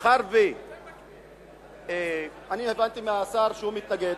מאחר שאני הבנתי מהשר שהוא מתנגד,